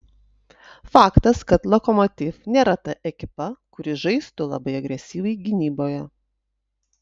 faktas kad lokomotiv nėra ta ekipa kuri žaistų labai agresyviai gynyboje